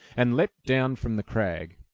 and leaped down from the crag.